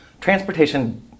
transportation